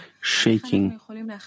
shaking